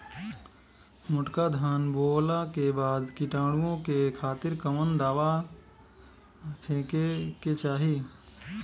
मोटका धान बोवला के बाद कीटाणु के खातिर कवन दावा फेके के चाही?